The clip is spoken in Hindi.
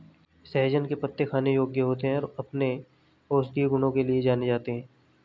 सहजन के पत्ते खाने योग्य होते हैं और अपने औषधीय गुणों के लिए जाने जाते हैं